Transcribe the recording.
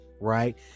right